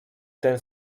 ten